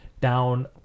down